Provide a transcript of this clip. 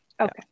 okay